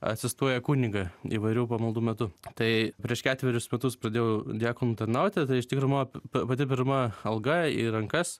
asistuoja kunigą įvairių pamaldų metu tai prieš ketverius metus pradėjau diakonu tarnauti tai iš tikro mano pati pirma alga į rankas